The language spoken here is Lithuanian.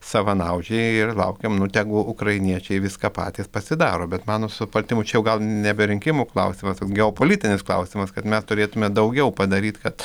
savanaudžiai ir laukiam nu tegu ukrainiečiai viską patys pasidaro bet mano supratimu čia gal nebe rinkimų klausimas toks geopolitinis klausimas kad mes turėtume daugiau padaryt kad